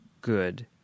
good